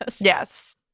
Yes